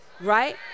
right